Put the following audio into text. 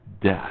death